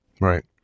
Right